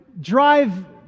drive